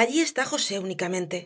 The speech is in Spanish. allí está josé únicamente